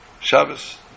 Shabbos